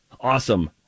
Awesome